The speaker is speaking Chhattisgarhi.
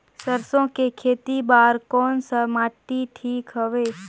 सरसो के खेती बार कोन सा माटी ठीक हवे?